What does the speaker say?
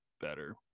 better